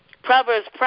Proverbs